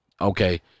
okay